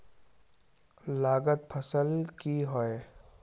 लागत फसल की होय?